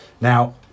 Now